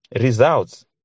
results